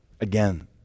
again